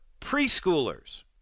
preschoolers